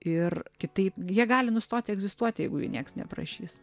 ir kitaip jie gali nustoti egzistuoti jeigu jų nieks neaprašys